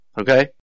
Okay